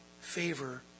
favor